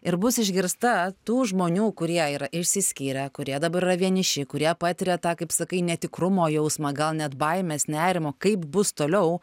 ir bus išgirsta tų žmonių kurie yra išsiskyrę kurie dabar yra vieniši kurie patiria tą kaip sakai netikrumo jausmą gal net baimės nerimo kaip bus toliau